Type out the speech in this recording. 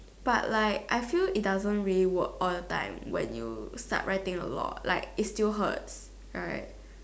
but like I feel it doesn't really work all the time when you start writing a lot like it still hurts right